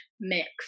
mix